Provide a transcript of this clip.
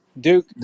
Duke